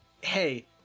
hey